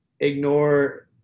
ignore